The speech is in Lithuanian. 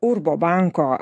urbo banko